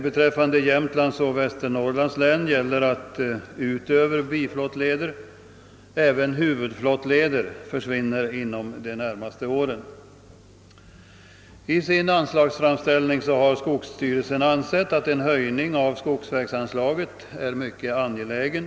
Beträffande Jämtlands och Västernorrlands län gäller att utöver biflottleder även huvudflottleder försvinner under de närmaste åren. I sin anslagsframställning har skogsstyrelsen uttalat att en höjning av skogsvägsanslaget är mycket angelägen.